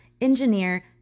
engineer